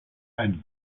and